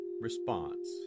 response